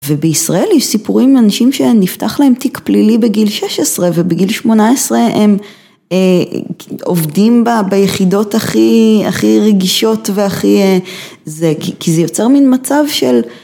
ובישראל יש סיפורים על אנשים שנפתח להם תיק פלילי בגיל 16 ובגיל 18 הם עובדים ביחידות הכי רגישות והכי... כי זה יוצר מין מצב של...